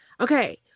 Okay